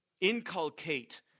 Inculcate